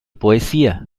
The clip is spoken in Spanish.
poesía